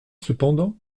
cependant